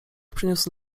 przyniósł